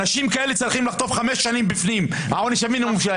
אנשים כאלה צריכים לחטוף חמש שנים בפנים עונש המינימום.